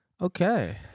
Okay